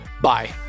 Bye